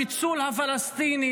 הפיצול הפלסטיני,